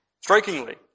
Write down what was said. Strikingly